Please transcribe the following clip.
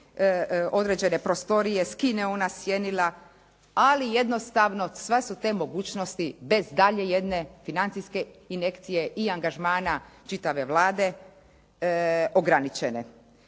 određene prostorije, skine ona sjenila. Ali jednostavno sve su te mogućnosti bez dalje jedne financijske injekcije i angažmana čitave Vlade ograničene.